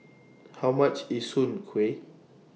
How much IS Soon Kuih